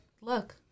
look